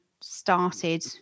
started